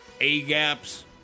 A-gaps